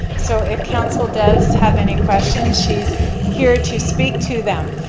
so if council does have any questions she's here to speak to them.